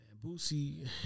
Boosie